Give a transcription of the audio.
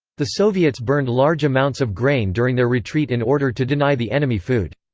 the soviets burned large amounts of grain during their retreat in order to deny the enemy food.